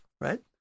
right